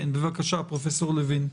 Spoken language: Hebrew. בבקשה, פרופ' לוין.